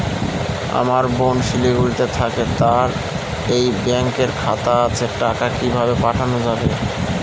আমার বোন শিলিগুড়িতে থাকে তার এই ব্যঙকের খাতা আছে টাকা কি ভাবে পাঠানো যাবে?